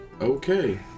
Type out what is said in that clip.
Okay